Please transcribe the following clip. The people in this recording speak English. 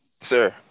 Sir